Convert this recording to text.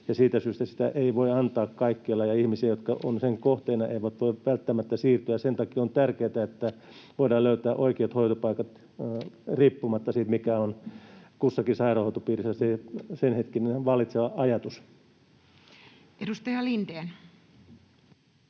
siitä syystä sitä ei voi antaa kaikkialla ja ihmiset, jotka ovat sen kohteena, eivät voi välttämättä siirtyä. Sen takia on tärkeätä, että voidaan löytää oikeat hoitopaikat riippumatta siitä, mikä on kussakin sairaanhoitopiirissä senhetkinen vallitseva ajatus. [Speech